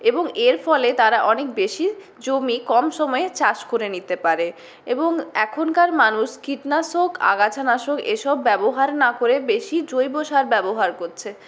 এবং এর ফলে তারা অনেক বেশি জমি কম সময়ে চাষ করে নিতে পারে এবং এখনকার মানুষ কীটনাশক আগাছানাশক এসব ব্যবহার না করে বেশি জৈব সার ব্যবহার করছে